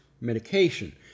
medication